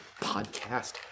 Podcast